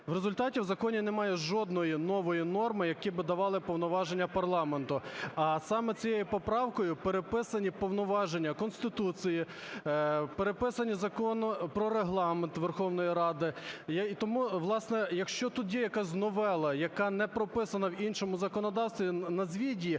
В результаті в законі немає жодної нової норми, які би давали повноваження парламенту. А саме цією поправкою переписані повноваження Конституції, переписаний Закон "Про Регламент Верховної Ради". І тому, власне, якщо тут діє якась новела, яка не прописана в іншому законодавстві, назвіть